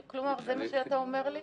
זה מה שאתה אומר לי?